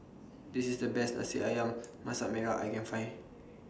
This IS The Best A See Ayam Masak Merah I Can Find